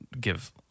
give